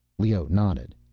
leoh nodded.